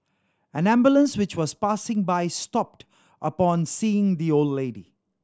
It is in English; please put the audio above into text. an ambulance which was passing by stopped upon seeing the old lady